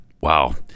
wow